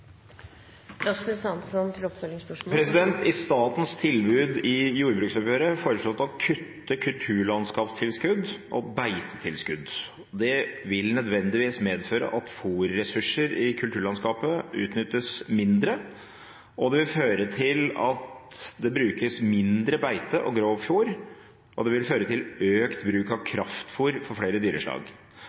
I statens tilbud i jordbruksoppgjøret foreslås det å kutte i kulturlandskapstilskudd og i beitetilskudd. Det vil nødvendigvis medføre at fôrressurser i kulturlandskapet utnyttes mindre, det vil føre til at det brukes mindre beite og grovfôr, og det vil føre til økt bruk av kraftfôr for flere dyreslag.